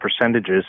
percentages